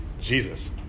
Jesus